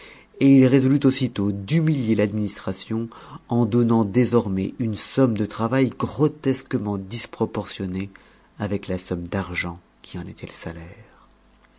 et il résolut aussitôt d'humilier l'administration en donnant désormais une somme de travail grotesquement disproportionnée avec la somme d'argent qui en était le salaire